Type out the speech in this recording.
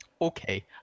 okay